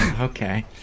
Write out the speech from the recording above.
Okay